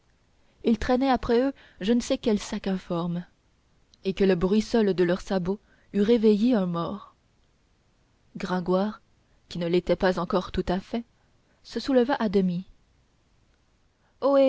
ils traînaient après eux je ne sais quel sac informe et le bruit seul de leurs sabots eût réveillé un mort gringoire qui ne l'était pas encore tout à fait se souleva à demi